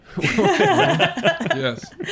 yes